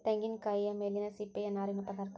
ತೆಂಗಿನಕಾಯಿಯ ಮೇಲಿನ ಸಿಪ್ಪೆಯ ನಾರಿನ ಪದಾರ್ಥ